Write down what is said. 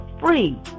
free